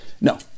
No